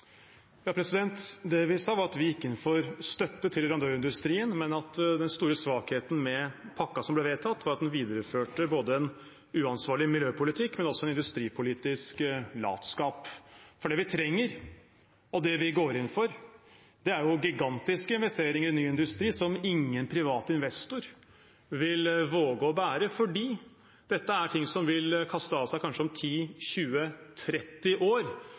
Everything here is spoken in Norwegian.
Det vi sa, var at vi gikk inn for støtte til leverandørindustrien, men at den store svakheten med pakken som ble vedtatt, var at den videreførte både en uansvarlig miljøpolitikk, og også en industripolitisk latskap. For det vi trenger, og det vi går inn for, er jo gigantiske investeringer i ny industri som ingen privat investor vil våge å bære, fordi dette er ting som vil kaste av seg kanskje om